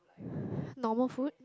normal food